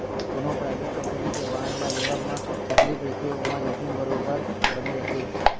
कोनो private company के bond ल लेवब म तकलीफ रहिथे ओमा जोखिम बरोबर बने रथे